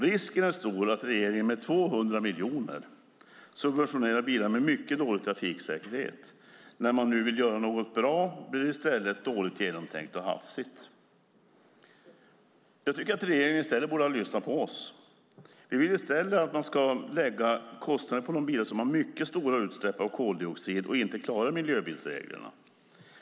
Risken är stor att regeringen med 200 miljoner subventionerar bilar med mycket dålig trafiksäkerhet. När man vill göra något bra blir det i stället dåligt genomtänkt och hafsigt. Jag tycker att regeringen i stället borde ha lyssnat på oss. Vi vill att man ska lägga kostnader på de bilar som har mycket stora utsläpp av koldioxid och inte klarar miljöbilsreglerna.